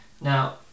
Now